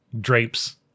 drapes